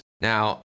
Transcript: Now